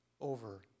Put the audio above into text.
over